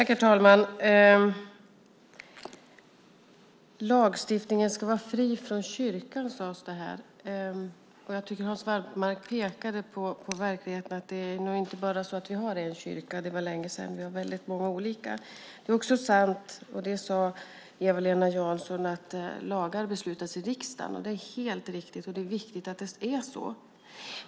Herr talman! Lagstiftningen ska vara fri från kyrkan, sades det här. Jag tycker att Hans Wallmark pekade på hur det ser ut i verkligheten. Det är nog inte så att vi bara har en kyrka. Det var länge sedan. Vi har väldigt många olika. Det är också sant - det sade Eva-Lena Jansson - att lagar beslutas om i riksdagen. Det är helt riktigt, och det är viktigt att det är så.